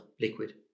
liquid